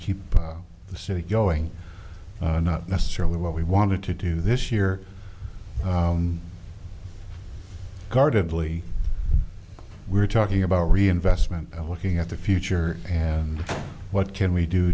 keep the city going not necessarily what we wanted to do this year guardedly we're talking about reinvestment looking at the future and what can we do